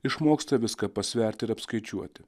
išmoksta viską pasverti ir apskaičiuoti